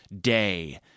day